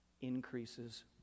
increases